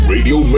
Radio